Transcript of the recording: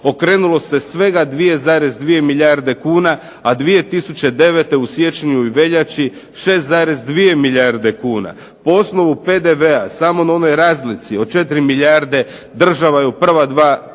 okrenulo se svega 2,2 milijarde kuna, a 2009. u siječnju i veljači 6,2 milijarde kuna. Po osnovu PDV-a samo na onoj razlici od 4 milijarde država je u prva 2